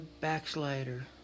backslider